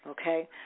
okay